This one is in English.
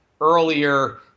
earlier